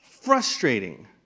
frustrating